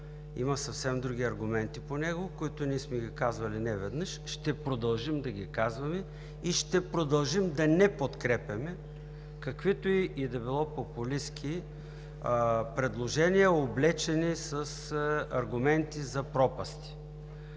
има съвсем други аргументи по него, които сме казвали неведнъж. Ще продължим да ги казваме и ще продължим да не подкрепяме каквито и да било популистки предложения, облечени с аргументи за пропасти.